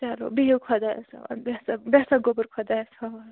چلو بِہِو خۄدایس حوال بیٚہہ سہَ بیٚہہ سہَ گوٚبُر خۄدایس حوال